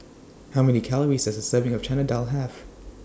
How Many Calories Does A Serving of Chana Dal Have